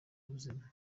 ubuzima